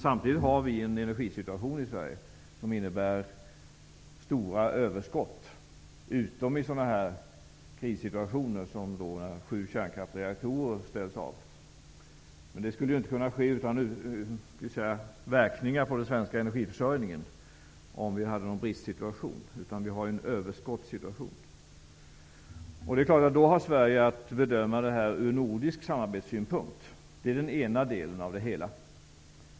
Samtidigt har vi i Sverige en energisituation som innebär stora överskott, utom i krissituationer när sju kärnkraftsreaktorer ställs av. Det skulle inte kunna ske utan inverkan på den svenska energiförsörjningen om vi hade en bristsituation; men vi har en överskottssituation. Sverige har då att bedöma frågan ur nordisk samarbetssynpunkt. Det är den ena delen av det hela.